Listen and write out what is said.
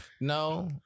No